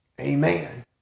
Amen